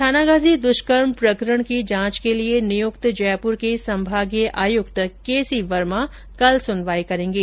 थानागाजी दृष्कर्म प्रकरण की जांच के लिए नियुक्त जयपुर के संभागीय आयुक्त के सी वर्मा कल सनवाई करेंगे